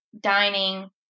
dining